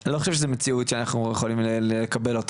אני לא חושב שזו מציאות שאנחנו יכולים לקבל אותה.